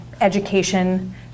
education